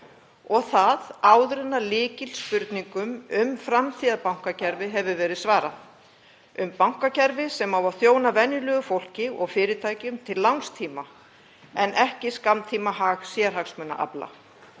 og það áður en lykilspurningum um framtíðarbankakerfi hefur verið svarað; um bankakerfi sem á að þjóna venjulegu fólki og fyrirtækjum til langs tíma en ekki skammtímahag sérhagsmunaafla.